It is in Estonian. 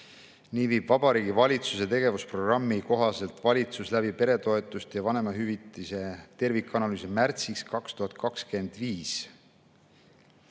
viib valitsus Vabariigi Valitsuse tegevusprogrammi kohaselt valitsus läbi peretoetuste ja vanemahüvitise tervikanalüüsi märtsiks 2025.